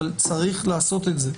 אבל צריך לעשות את זה.